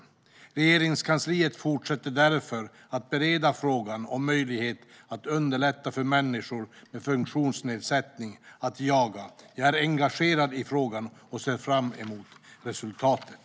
Svar på interpellationer Regeringskansliet fortsätter därför att bereda frågan om möjlighet att underlätta för människor med funktionsnedsättning att jaga. Jag är engagerad i frågan och ser fram emot resultatet.